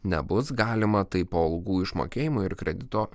nebus galima tai po algų išmokėjimų ir kredito